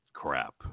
crap